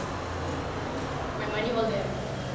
my money all there